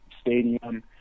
stadium